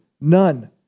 none